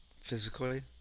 Physically